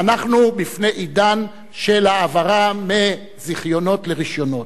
ואנחנו לפני עידן של העברה מזיכיונות לרשיונות.